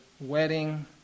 wedding